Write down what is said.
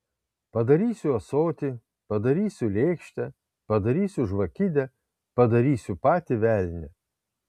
padarysiu ąsotį padarysiu lėkštę padarysiu žvakidę padarysiu patį velnią